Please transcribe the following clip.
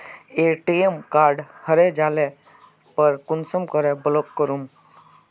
ATM card हरे जाले पर कुंसम के ब्लॉक करूम?